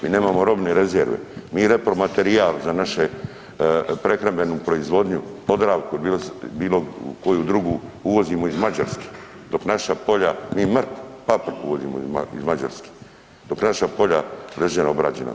Mi nemamo robne rezerve, mi repromaterijal za naše prehrambenu proizvodnju, Podravku, bilo koju drugu uvozimo iz Mađarske, dok naša polja, mi mrkvu, papriku uvozimo iz Mađarske, dok naša polja leže neobrađena.